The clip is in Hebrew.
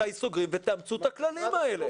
מתי סוגרים ותאמצו את הכללים האלה.